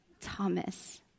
Thomas